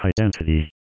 identity